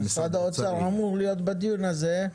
משרד האוצר אמור להיות בדיון הזה,